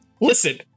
Listen